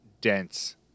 dense